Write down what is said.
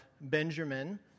Benjamin